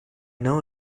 know